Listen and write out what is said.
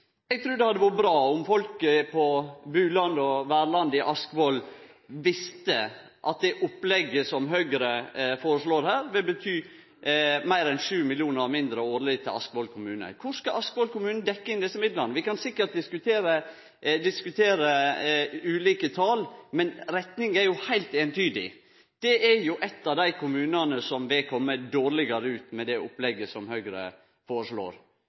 visste at dette opplegget vil bety meir enn 7 mill. kr mindre årleg til Askvoll kommune. Korleis skal Askvoll kommune dekkje inn desse midlane? Vi kan sikkert diskutere ulike tal, men retninga er jo heilt eintydig. Dei er ein av dei kommunane som vil kome dårlegare ut med det opplegget som Høgre